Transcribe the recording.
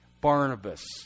Barnabas